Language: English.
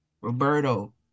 Roberto